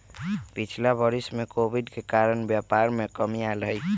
पिछिला वरिस में कोविड के कारणे व्यापार में कमी आयल हइ